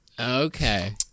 Okay